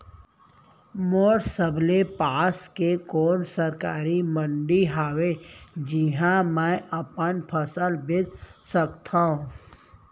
मोर सबले पास के कोन सरकारी मंडी हावे जिहां मैं अपन फसल बेच सकथव?